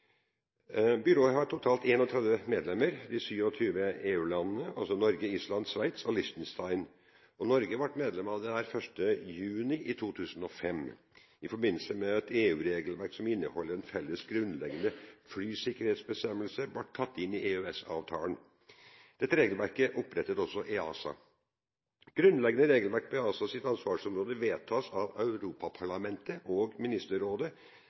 Byrået har totalt 31 medlemmer: De 27 EU-landene og Norge, Island, Sveits og Liechtenstein. Norge ble medlem av dette 1. juni 2005 i forbindelse med at et EU-regelverk som inneholder felles grunnleggende flysikkerhetsbestemmelser, ble tatt inn i EØS-avtalen. Dette regelverket opprettet også EASA. Grunnleggende regelverk på EASAs ansvarsområde vedtas av Europaparlamentet og Ministerrådet,